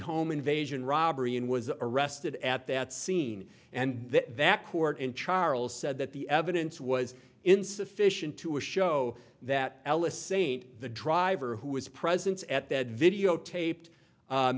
home invasion robbery and was arrested at that scene and that court in charles said that the evidence was insufficient to a show that ellis st the driver who was present at that videotaped